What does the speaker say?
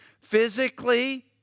Physically